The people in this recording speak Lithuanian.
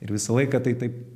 ir visą laiką tai taip